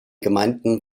gemeinden